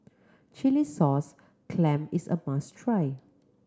chilli sauce clam is a must try